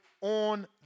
on